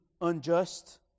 unjust